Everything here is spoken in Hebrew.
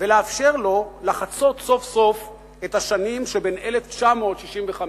ולאפשר לו לחצות סוף-סוף את השנים שבין 1965,